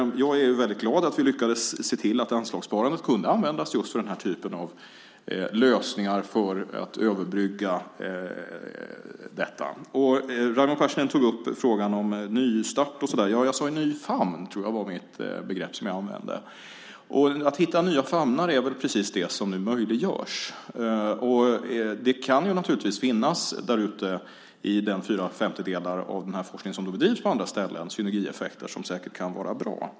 Jag är glad att vi lyckades se till att anslagssparandet kunde användas för just den här typen av lösningar för att överbrygga detta. Raimo Pärssinen tog upp frågan om nystart. Jag sade ny famn. Det tror jag var det begrepp som jag använde. Att hitta nya famnar är vad som nu möjliggörs. Det kan naturligtvis där ute i de fyra femtedelar av forskningen som bedrivs på andra ställen finnas synergieffekter som kan vara bra.